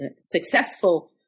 successful